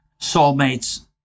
soulmates